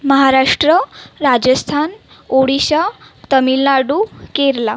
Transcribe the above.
Maharashtra Rajasthan Odisha Tamil Nadu Kerala